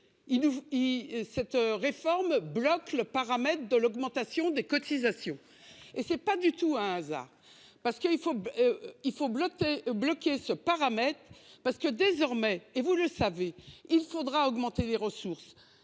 cette réforme bloque le paramètre de l'augmentation des cotisations et c'est pas du tout un hasard parce qu'il faut. Il faut bleuté. Ce paramètre parce que désormais, et vous le savez il faudra augmenter les ressources